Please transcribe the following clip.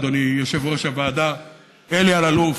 אדוני יושב-ראש הוועדה אלי אלאלוף,